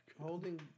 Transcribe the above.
Holding